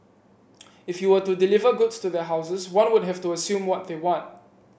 if you were to deliver goods to their houses one would have to assume what they want